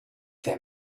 there